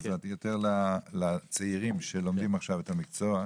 אז אתה מדבר יותר לצעירים שלומדים עכשיו את המקצוע,